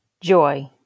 Joy